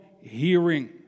hearing